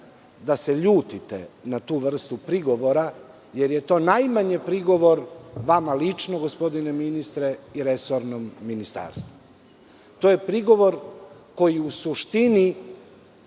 da se ljutite na tu vrstu prigovora, jer je to najmanji prigovor vama lično gospodine ministre i resornom ministarstvu. To je prigovor koji u suštini